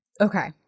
Okay